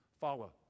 Follow